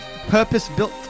purpose-built